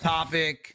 Topic